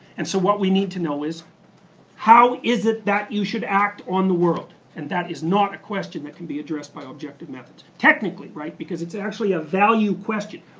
and so what we need to know is how is it that you should act on the world. and that is not a question that could be addressed by objective methods. technically right? because it's actually a value question.